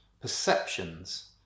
perceptions